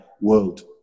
world